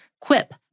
Quip